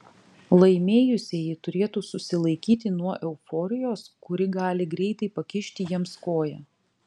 laimėjusieji turėtų susilaikyti nuo euforijos kuri gali greitai pakišti jiems koją